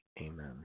Amen